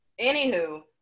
Anywho